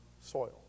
soil